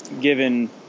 given